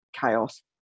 chaos